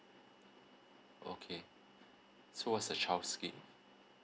okay so what's the child scheme